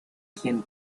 quien